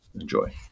enjoy